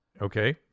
Okay